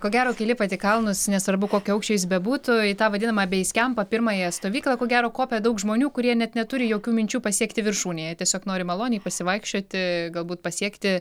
ko gero kai lipat į kalnus nesvarbu kokio aukščio jis bebūtų į tą vadinamą beis kempą pirmąją stovyklą ko gero kopia daug žmonių kurie net neturi jokių minčių pasiekti viršūnę jie tiesiog nori maloniai pasivaikščioti galbūt pasiekti